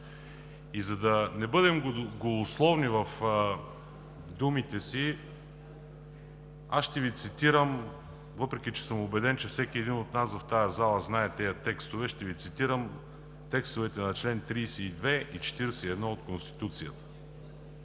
И за да не бъдем голословни в думите си, въпреки че съм убеден, че всеки един от нас в тази зала знае тези текстове, ще Ви цитирам текстовете на чл. 32 и чл. 41 от Конституцията: